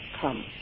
come